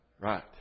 Right